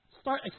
start